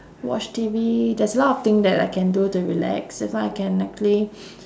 watch T_V there's a lot of thing that I can do to relax if not I can actually